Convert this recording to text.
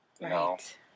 Right